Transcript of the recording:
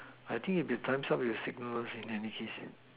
I think if the gun chop will signal in any situation